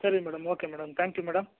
ಸರಿ madam okay madam thank you madam